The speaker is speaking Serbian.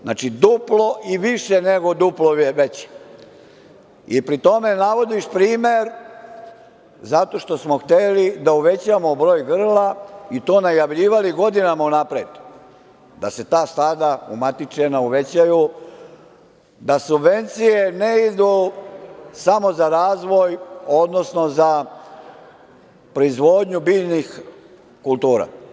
Znači, duplo i više nego duplo veći i pri tome navodiš primer zato što smo hteli da uvećamo broj grla i to najavljivali godinama unapred, da se ta stada umatičena uvećaju, da subvencije ne idu samo za razvoj, odnosno za proizvodnju biljnih kultura.